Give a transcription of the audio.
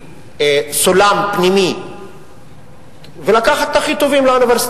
קורסות תחת הנטל היומיומי שלהן לתת את השירות המינימלי לאזרח.